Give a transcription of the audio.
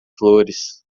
flores